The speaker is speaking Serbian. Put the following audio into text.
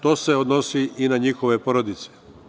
To se odnosi i na njihove porodice.